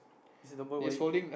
is it the boy Y P